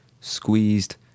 squeezed